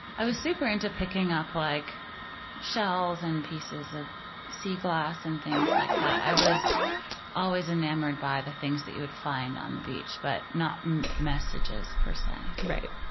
i was super into picking up like shells and pieces of sea glass and things like that. i was always enamored by the things you would find on the beach, but not messages per se. right.